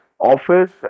office